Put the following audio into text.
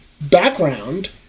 background